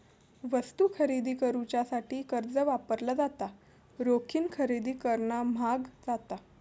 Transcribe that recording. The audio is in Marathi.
वस्तू खरेदी करुच्यासाठी कर्ज वापरला जाता, रोखीन खरेदी करणा म्हाग जाता